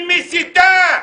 היא מסיתה.